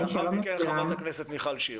ולאחר מכן חברת הכנסת מיכל שיר.